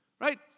Right